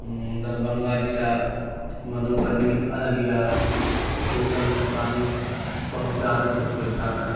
دربھنگہ ضلع مدھوبنی ارریہ یہ سب میں پانی بہت زیادہ درپیش آتا ہے